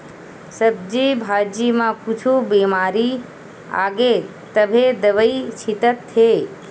सब्जी भाजी म कुछु बिमारी आगे तभे दवई छितत हे